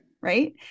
Right